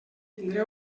tindré